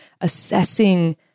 assessing